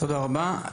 תודה רבה.